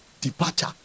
departure